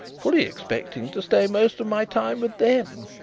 fully expecting to stay most of my time with them,